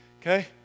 okay